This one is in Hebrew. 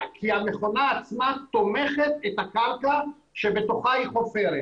כי המכונה עצמה תומכת את הקרקע שבתוכה היא חופרת.